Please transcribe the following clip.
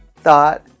thought